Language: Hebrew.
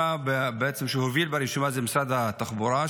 מי שהוביל ברשימה היה משרד התחבורה,